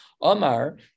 Omar